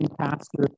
pastor